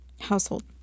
household